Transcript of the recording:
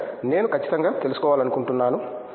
శంకరన్ నేను ఖచ్చితంగా తెలుసుకోవాలనుకుంటున్నాను